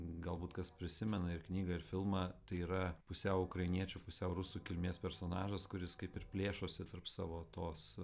galbūt kas prisimena ir knygą ir filmą tai yra pusiau ukrainiečių pusiau rusų kilmės personažas kuris kaip ir plėšosi tarp savo tos